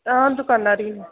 हां दुकाना'र ही न